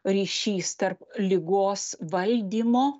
ryšys tarp ligos valdymo